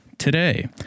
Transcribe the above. Today